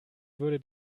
würde